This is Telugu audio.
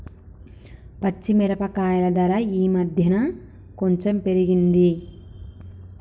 పచ్చి మిరపకాయల ధర ఈ మధ్యన కొంచెం పెరిగింది